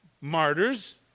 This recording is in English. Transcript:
martyrs